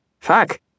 Fuck